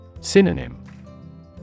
Synonym